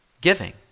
giving